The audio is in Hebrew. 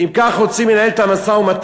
אם כך רוצים לנהל את המשא-ומתן,